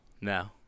No